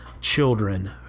children